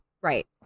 Right